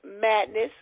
madness